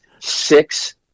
Six